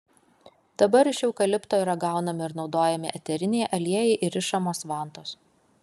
dabar iš eukalipto yra gaunami ir naudojami eteriniai aliejai ir rišamos vantos